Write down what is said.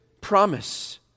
promise